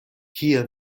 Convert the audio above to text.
kie